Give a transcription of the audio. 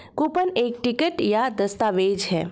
coupon एक ticket या दस्तावेज़ है